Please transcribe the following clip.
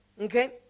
Okay